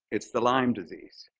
it's the lyme disease.